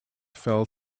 fell